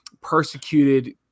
persecuted